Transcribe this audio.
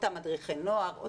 את מדריכי הנוער,